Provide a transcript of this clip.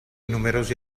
numerosi